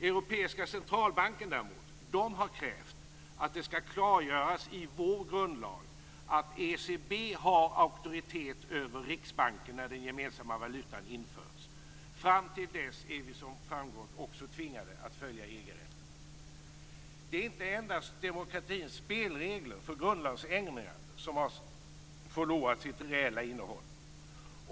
Europeiska centralbanken däremot har krävt att det skall klargöras i vår grundlag att ECB har auktoritet över Riksbanken när den gemensamma valutan införts. Fram till dess är vi som framgått också tvingade att följa EG-rätten. Det är inte endast demokratins spelregler för grundlagsändringar som har förlorat sitt reella innehåll.